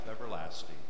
everlasting